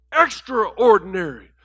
extraordinary